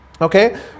okay